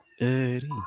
Eddie